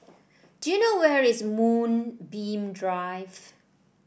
do you know where is Moonbeam Drive